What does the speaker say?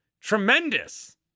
tremendous